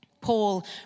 Paul